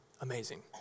amazing